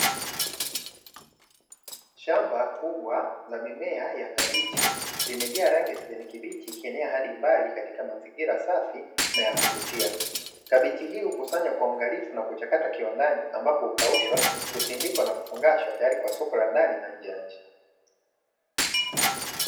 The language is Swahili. Shamba kubwa la mimea ya kabichi limejaa rangi ya kijani kibichi ikienea hadi mbali katika mazingira safi na yakuvutia. kabichi hii hukusanywa kwa uangalifu na kuchakatwa kiwandani ambayo hukaushwa, kusindikwa na kukusanywa tayari kwa soko la ndani na nje ya nchi.